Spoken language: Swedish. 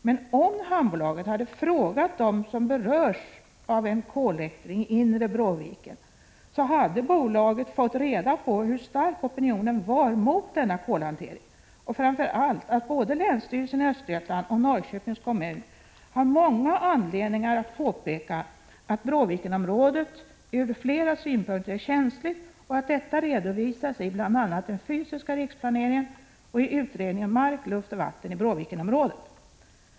Men om hamnbolaget hade frågat dem som berörs av en kolläktring i inre Bråviken, så hade bolaget fått reda på hur stark opinionen var mot denna kolhantering — och framför allt att både länsstyrelsen i Östergötland och Norrköpings kommun har många anledningar att påpeka att Bråvikenområdet ur flera synpunkter är känsligt. Detta redovisas i bl.a. den fysiska riksplaneringen och i utredningen om mark, luft och vatten i Bråvikenområdet.